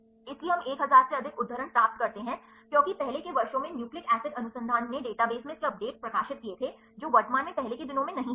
इसलिए हम 1000 से अधिक उद्धरण प्राप्त करते हैं क्योंकि पहले के वर्षों में न्यूक्लिक एसिड अनुसंधान ने डेटाबेस में इसके अपडेट प्रकाशित किए थे जो वर्तमान में पहले के दिनों में नहीं थे